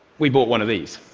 we bought one of these.